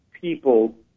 people